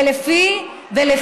ומה